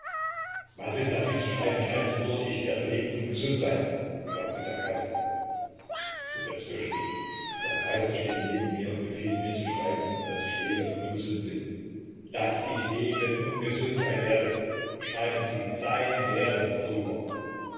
was ist da viel zu schreiben schreiben sie nur ich werde leben und gesund sein sagte der kaiser trubezkoi schrieb der kaiser steht neben mir und befiehlt mir zu schreiben daß ich lebe und gesund bin daß ich leben und gesund sein werde schreiben sie sein werde darüber